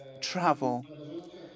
travel